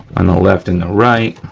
on the left and the right.